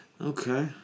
Okay